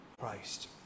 Christ